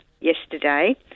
yesterday